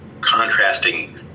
contrasting